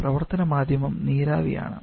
പ്രവർത്തന മാധ്യമം നീരാവി ആണ്